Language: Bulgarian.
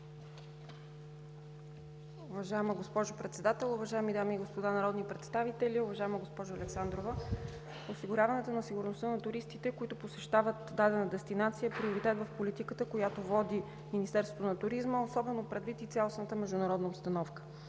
Уважаема госпожо Председател, уважаеми дами и господа народни представители! Уважаема госпожо Александрова, осигуряването на сигурността на туристите, които посещават дадена дестинация, е приоритет в политиката, която води Министерството на туризма, особено предвид цялостната международна обстановка.